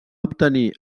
obtenir